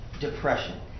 depression